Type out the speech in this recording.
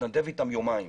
ותתנדב אתם יומיים,